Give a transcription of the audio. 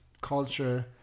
culture